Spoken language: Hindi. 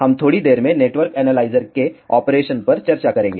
हम थोड़ी देर में नेटवर्क एनालाइजर के ऑपरेशन पर चर्चा करेंगे